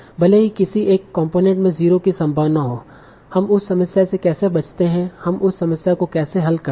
भले ही किसी एक कॉम्पोनेन्ट में 0 की संभावना हो हम उस समस्या से कैसे बचते हैं हम उस समस्या को कैसे हल करते हैं